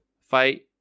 fight